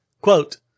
Quote